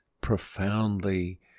profoundly